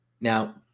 now